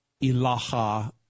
ilaha